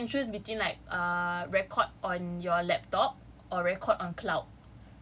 okay so you can choose between like err record on your laptop or record on cloud